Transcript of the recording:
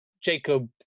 jacob